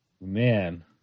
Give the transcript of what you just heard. Man